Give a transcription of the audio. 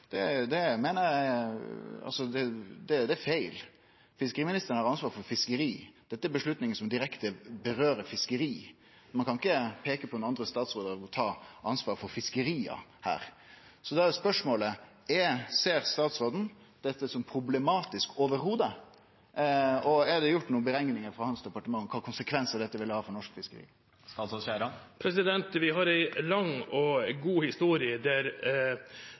meiner eg er feil. Fiskeriministeren har ansvar for fiskeri. Dette er avgjerder som gjeld fiskeri direkte. Ein kan ikkje peike på nokon andre statsrådar her som tar ansvaret for fiskeria. Da er spørsmålet: Ser statsråden dette som problematisk i det heile? Er det gjort nokre berekningar frå hans departement om kva konsekvensar dette vil ha for norsk fiskeri? Vi har en lang og god historie der